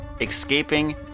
escaping